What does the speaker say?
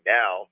now